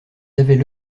avaient